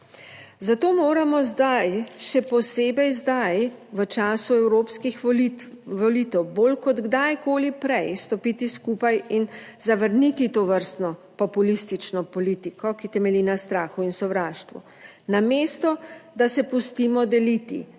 Zato moramo zdaj, še posebej zdaj, v času evropskih volitev, bolj kot kdajkoli prej stopiti skupaj in zavrniti tovrstno populistično politiko, ki temelji na strahu in sovraštvu. Namesto, da se pustimo deliti,